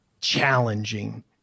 challenging